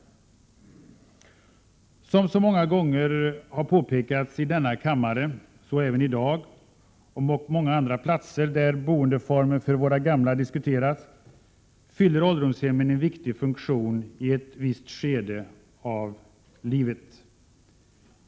Som så många gånger har påpekats i denna kammare — även i dag — och på många andra platser där boendeformer för våra gamla diskuterats, fyller ålderdomshemmen en viktig funktion i ett visst skede av livet.